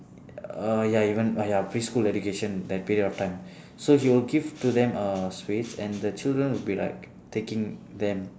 uh ya even ah ya school education that period of time so he will give to them uh sweets and the children would be like taking them